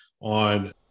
on